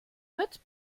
wird